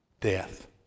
death